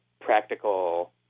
practical